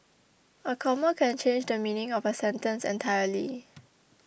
a comma can change the meaning of a sentence entirely